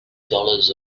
dollars